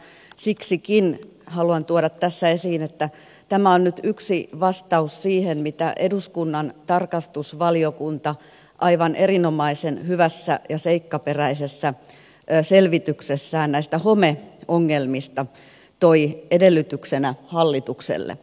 oikeastaan siksikin haluan tuoda tässä esiin että tämä on nyt yksi vastaus siihen mitä eduskunnan tarkastusvaliokunta aivan erinomaisen hyvässä ja seikkaperäisessä selvityksessään näistä homeongelmista toi edellytyksenä hallitukselle